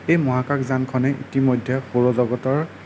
এই মহাকাশ যানখনে ইতিমধ্যে সৌৰজগতৰ